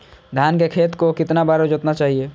धान के खेत को कितना बार जोतना चाहिए?